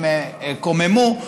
הם קוממו,